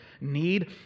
need